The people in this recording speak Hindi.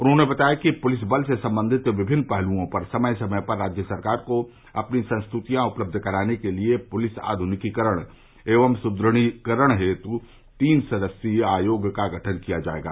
उन्होंने बताया कि पुलिस बल से सम्बन्धित विमिन्न पहलओं पर समय समय पर राज्य सरकार को अपनी संस्तुतियां उपलब्ध कराने के लिए पुलिस आधुनिकीकरण एवं सुदृढ़ीकरण हेतु तीन सदस्यीय आयोग का गठन किया जायेगा